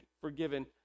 forgiven